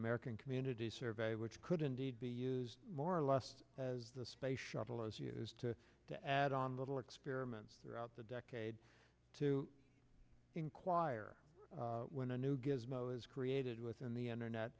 american community survey which could indeed be used more or less as the space shuttle as years to to add on little experiments throughout the decade to inquire when a new gizmo is created within the internet